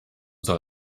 soll